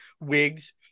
wigs